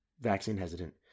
vaccine-hesitant